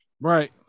Right